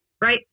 right